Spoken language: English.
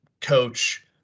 coach